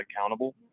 accountable